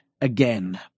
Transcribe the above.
again